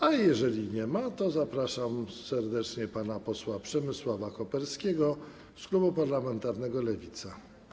A jeżeli nie ma, to zapraszam serdecznie pana posła Przemysława Koperskiego z klubu parlamentarnego Lewica.